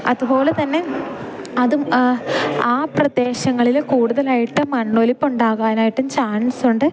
അതുപോലെ തന്നെ അതും ആ പ്രദേശങ്ങളില് കൂടുതലായിട്ട് മണ്ണൊലിപ്പുണ്ടാകാനായിട്ടും ചാൻസുണ്ട്